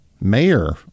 mayor